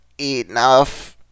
enough